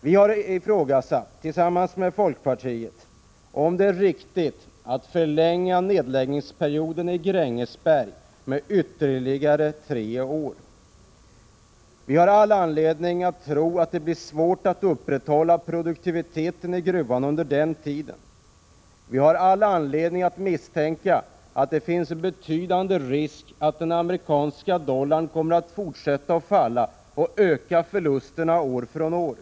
Vi har tillsammans med folkpartiet ifrågasatt om det är riktigt att förlänga nedläggningsperioden i Grängesberg med ytterligare tre år. Vi har all anledning att tro att det kommer att bli svårt att upprätthålla produktiviteten i gruvan under tiden. Vi har också all anledning att misstänka att det finns en betydande risk att den amerikanska dollarn kommer att fortsätta att falla och öka förlusterna år från år.